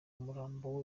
umurambo